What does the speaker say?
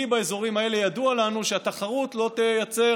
כי באזורים האלה ידוע לנו שהתחרות לא תייצר